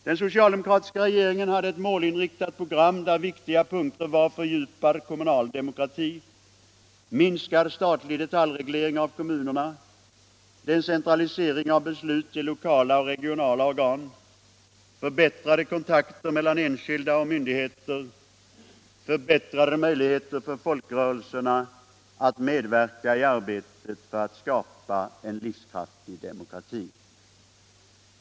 Den socialdemokratiska regeringen hade ett målinriktat program där viktiga punkter var förbättrade kontakter mellan enskilda och myndigheter samt förbättrade möjligheter för folkrörelserna att medverka i arbetet för att skapa en livskraftig demokrati.